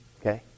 Okay